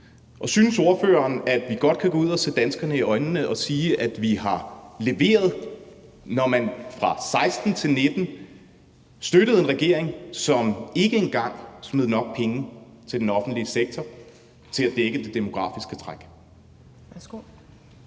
Og synes ordføreren, at man godt kan gå ud og se danskerne i øjnene og sige, at man har leveret, når man fra 2016 til 2019 støttede en regering, som ikke engang smed nok penge i den offentlige sektor til at dække det demografiske træk?